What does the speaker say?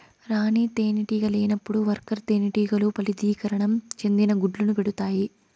రాణి తేనెటీగ లేనప్పుడు వర్కర్ తేనెటీగలు ఫలదీకరణం చెందని గుడ్లను పెడుతాయి